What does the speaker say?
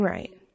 Right